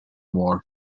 war